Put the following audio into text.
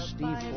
Steve